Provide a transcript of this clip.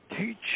teach